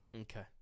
Okay